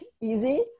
easy